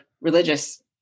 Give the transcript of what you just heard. religious